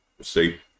See